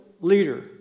leader